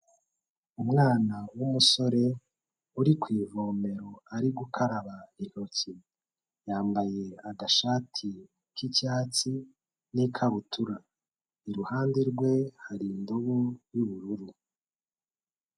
Umwana w'umusore uri ku ivomero ari gukaraba intoki, yambaye agashati k'icyatsi n'ikabutura, iruhande rwe hari indobo y'ubururu.